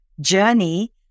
journey